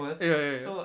ya ya ya